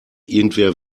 irgendwer